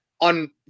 on